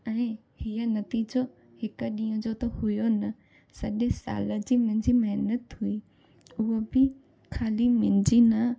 ऐं हीउ नतीजो हिकु ॾींहुं जो त हुओ न सॼे सालु जी मुंहिंजी महिनत हुई उहा बि ख़ाली मुंहिंजी न